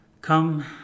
Come